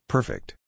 Perfect